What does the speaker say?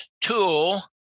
tool